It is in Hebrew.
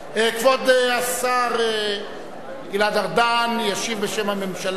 כבוד השר גלעד ארדן ישיב בשם הממשלה.